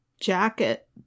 jacket